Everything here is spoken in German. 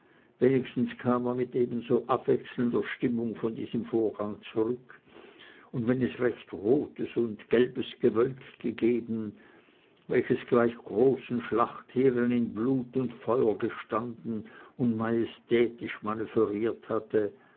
wenigstens kam er mit ebenso abwechselnder stimmung von diesem vorgang zurück und wenn es recht rotes und gelbes gewölk gegeben welches gleich großen schlachtheeren in blut und feuer gestanden und majestätisch manövriert hatte